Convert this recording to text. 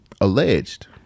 Alleged